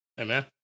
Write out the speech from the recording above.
Amen